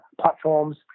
platforms